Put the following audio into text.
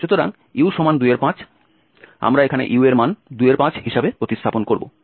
সুতরাং u25 আমরা এখানে u এর মান 25 হিসাবে প্রতিস্থাপন করব